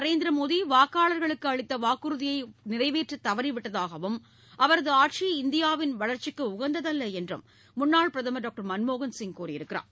நரேந்திர மோடி வாக்காளர்களுக்கு அளித்த வாக்குறுதியை நிறைவேற்றத் தவறிவிட்டதாகவும் அவரது ஆட்சி இந்தியாவின் வளர்ச்சிக்கு உகந்ததல்ல என்றும் முன்னாள் பிரதமர் டாக்டர் மன்மோகன் சிங் கூறியுள்ளார்